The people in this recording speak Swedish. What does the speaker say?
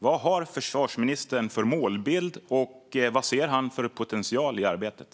Vad har försvarsministern för målbild, och vad ser han för potential i arbetet?